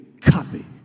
copy